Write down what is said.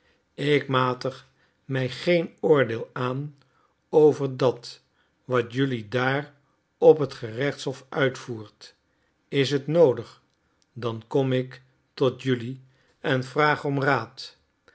ik matig mij geen oordeel aan over dat wat jelui daar op het gerechtshof uitvoert is het noodig dan kom ik tot jelui en vraag om raad